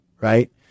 right